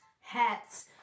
hats